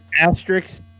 Asterix